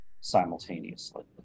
simultaneously